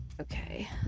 Okay